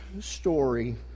story